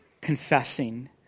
confessing